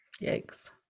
Yikes